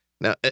Now